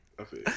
Okay